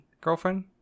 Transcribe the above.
girlfriend